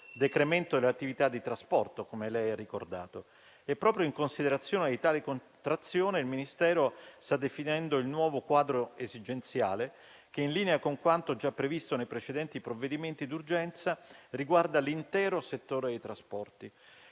decremento dell'attività di trasporto, come lei ha ricordato. Proprio in considerazione di tale contrazione, il Ministero sta definendo il nuovo quadro esigenziale, che, in linea con quanto già previsto nei precedenti provvedimenti d'urgenza, riguarda l'intero settore dei trasporti,